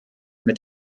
mit